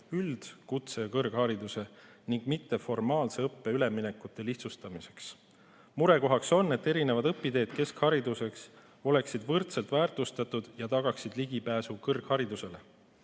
üld‑, kutse‑ ja kõrghariduse ning mitteformaalse õppe vahel üleminekute lihtsustamiseks. Murekohaks on, et erinevad õpiteed keskhariduses oleksid võrdselt väärtustatud ja tagaksid ligipääsu kõrgharidusele.